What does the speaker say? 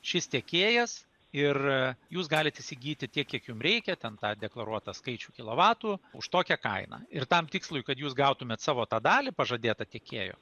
šis tiekėjas ir jūs galit įsigyti tiek kiek jum reikia tą deklaruotą skaičių kilovatų už tokią kainą ir tam tikslui kad jūs gautumėt savo tą dalį pažadėtą tiekėjo